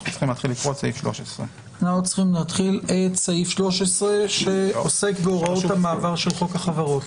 אנחנו צריכים להתחיל לקרוא את סעיף 13. סעיף 13 שעוסק בהוראות המעבר של חוק החברות,